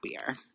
happier